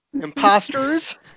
Imposters